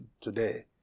today